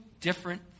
different